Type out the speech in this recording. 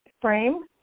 frame